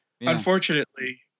Unfortunately